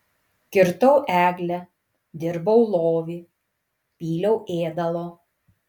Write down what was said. kirtau eglę dirbau lovį pyliau ėdalo